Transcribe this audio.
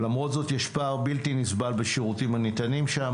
למרות זאת יש פער בלתי נסבל בשירותים הניתנים שם,